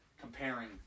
comparing